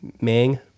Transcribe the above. Mang